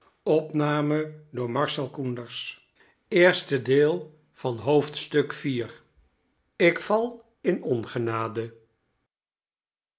iv ik val in ongenade